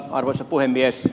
arvoisa puhemies